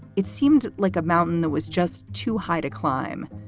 it seemed like a mountain that was just too high to climb.